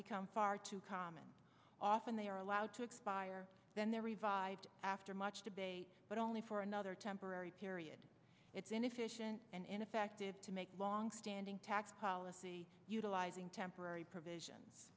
become far too common often they are allowed to expire then they're revived after much debate but only for another temporary period it's inefficient and ineffective to make longstanding tax policy utilizing temporary provisions